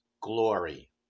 glory